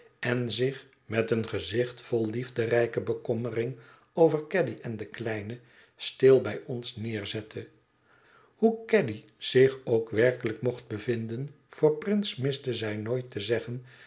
en zich met een gezicht vol liefderijke bekommering over caddy en de kleine stil bij ons neerzette hoe caddy zich ook werkelijk mocht bevinden voor prince miste zij nooit te zeggen